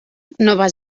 nova